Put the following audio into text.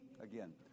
Again